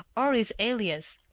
or his alias!